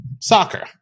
soccer